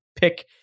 pick